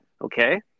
Okay